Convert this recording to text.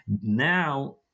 now